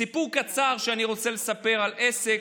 סיפור קצר שאני רוצה לספר על עסק,